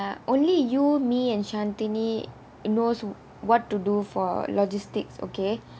only you me and shanthini uh knows what to do for logistics okay